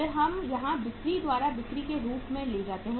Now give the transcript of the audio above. फिर हम यहां बिक्री द्वारा बिक्री के रूप में ले जाते हैं